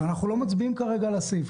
שנית,